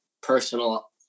personal